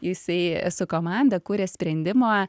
jisai su komanda kuria sprendimą